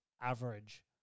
average